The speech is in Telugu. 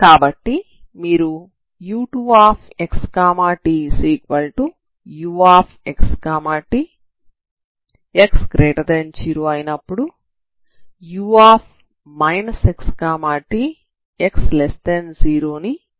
కాబట్టి మీరు u2xtuxt x0 u xt x0 ని కలిగి ఉంటారు